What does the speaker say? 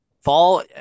fall